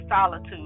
solitude